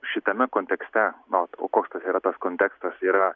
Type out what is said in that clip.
šitame kontekste na o koks tas yra tas kontekstas yra